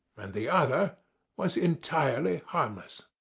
and the other was entirely harmless.